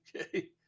Okay